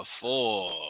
four